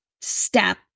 step